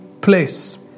place